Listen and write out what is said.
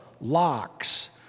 locks